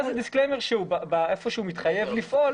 אז הוא מתחייב לפעול.